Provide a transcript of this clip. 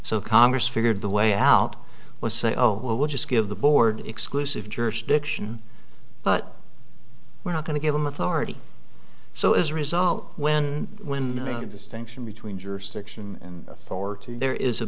so congress figured the way out was say oh well we'll just give the board exclusive jurisdiction but we're not going to give them authority so as a result when when the distinction between jurisdiction and forward there is a